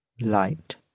light